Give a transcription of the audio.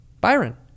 Byron